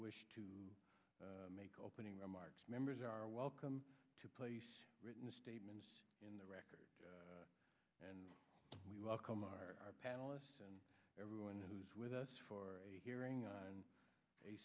wish to make opening remarks members are welcome to play a written statement in the record and we welcome our panelists and everyone who's with us for hearing on a